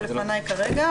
שבפניי כרגע,